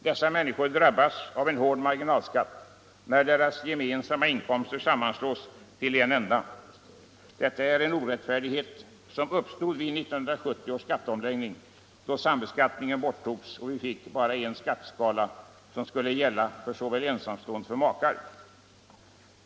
Dessa människor drabbas av en hård marginalskatt när deras gemensamma inkomster sammanslås till en enda. Detta är en orättfär dighet, som uppstod vid 1970 års skatteomläggning, då sambeskattningen borttogs och vi fick bara en skatteskala, som skulle gälla för såväl ensamstående som makar.